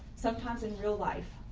sometimes in real life,